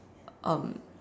um